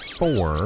four